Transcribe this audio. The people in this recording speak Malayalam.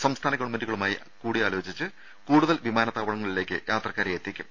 സംസ്ഥാന ഗവൺമെന്റുകളുമായി കൂടിയാലോചിച്ച് കൂടുതൽ വിമാനത്താവളങ്ങളിലേക്ക് യാത്രക്കാരെയെത്തിക്കും